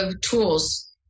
tools